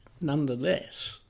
nonetheless